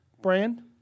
brand